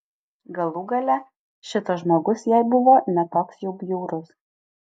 galų gale šitas žmogus jai buvo ne toks jau bjaurus